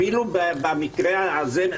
אפילו במקרה הזה,